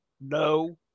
no